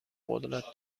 قدرت